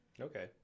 Okay